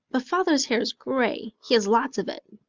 but father's hair is gray. he has lots of it,